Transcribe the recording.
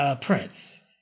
Prince